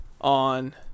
on